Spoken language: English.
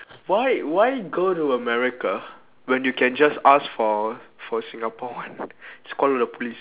why why go to america when you can just ask for for singapore one just call the police